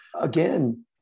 again